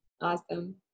Awesome